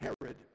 Herod